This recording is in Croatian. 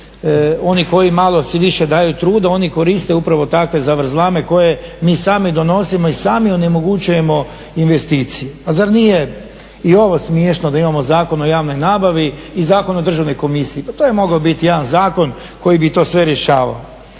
oni koji malo si više daju truda oni koriste upravo takve zavrzlame koje mi sami donosimo i sami onemogućujemo investicije. Pa zar nije i ovo smiješno da imamo Zakon o javnoj nabavi i Zakon o državnoj komisiji. Pa to je mogao biti jedan zakon koji bi to sve rješavao.